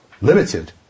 limited